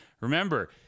remember